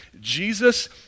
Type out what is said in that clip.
Jesus